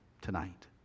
tonight